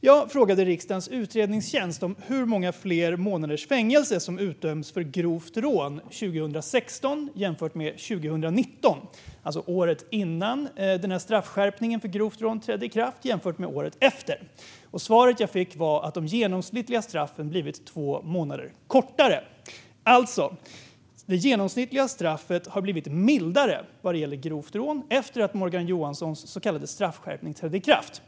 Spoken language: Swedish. Jag frågade riksdagens utredningstjänst hur många månaders fängelse som har utdömts för grovt rån 2016 jämfört med 2019, alltså året innan straffskärpningen för grovt rån trädde i kraft jämfört med efter. Svaret jag fick var att de genomsnittliga straffen har blivit två månader kortare. Det genomsnittliga straffet för grovt rån har alltså blivit mildare efter att Morgan Johanssons så kallade straffskärpning har trätt i kraft.